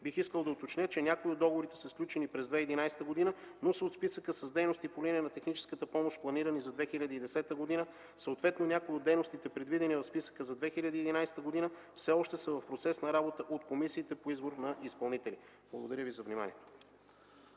Бих искал да уточня, че някои от договорите са сключени през 2011 г., но са от списъка с дейности по линия на техническата помощ, планирани за 2010 г. Съответно някои от дейностите, предвидени в списъка за 2011 г. все още са в процес на работа от комисиите по избор на изпълнители. Благодаря Ви за вниманието.